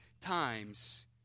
times